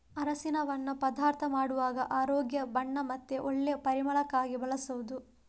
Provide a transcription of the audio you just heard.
ಅರಸಿನವನ್ನ ಪದಾರ್ಥ ಮಾಡುವಾಗ ಆರೋಗ್ಯ, ಬಣ್ಣ ಮತ್ತೆ ಒಳ್ಳೆ ಪರಿಮಳಕ್ಕಾಗಿ ಬಳಸುದು